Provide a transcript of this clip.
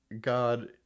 God